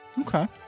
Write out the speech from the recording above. Okay